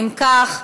אם כך,